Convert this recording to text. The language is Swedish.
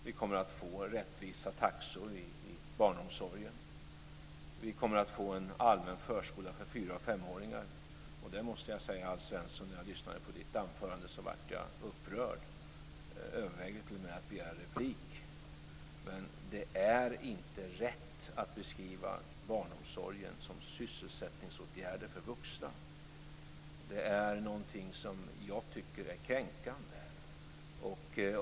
Vi kommer att få rättvisa taxor i barnomsorgen. Vi kommer att få en allmän förskola för fyra och femåringar. När jag lyssnade på Alf Svenssons anförande blev jag upprörd. Jag övervägde t.o.m. att begära replik. Det är inte rätt att beskriva barnomsorgen som sysselsättningsåtgärder för vuxna. Det är kränkande.